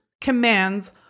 commands